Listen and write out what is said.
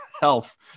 health